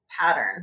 pattern